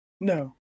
No